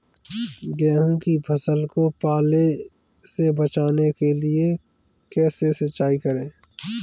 गेहूँ की फसल को पाले से बचाने के लिए कैसे सिंचाई करें?